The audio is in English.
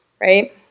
right